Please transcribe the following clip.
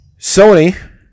Sony